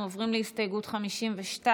אנחנו עוברים להסתייגות מס'